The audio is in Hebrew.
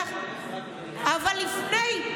אבל לפני,